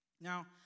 Now